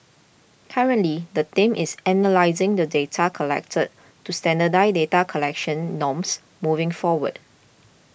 currently the team is analysing the data collected to standardise data collection norms moving forward